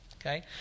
Okay